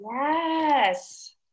Yes